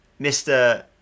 Mr